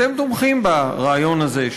אתם תומכים ברעיון הזה,